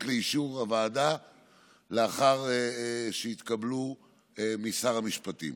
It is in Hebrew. לאישור הוועדה לאחר שיתקבלו משר המשפטים.